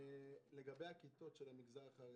לגבי הכיתות של המגזר החרדי,